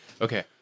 Okay